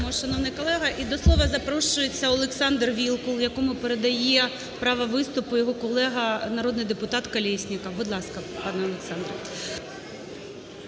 Дякуємо, шановний колего. І до слова запрошується Олександр Вілкул, якому передає право виступу його колега народний депутат Колєсніков. Будь ласка, пане Олександре.